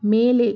மேலே